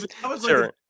sure